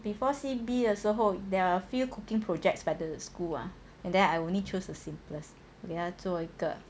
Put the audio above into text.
before C_B 的时候 there are few cooking projects by the school ah and then I only choose the simplest 我给他做一个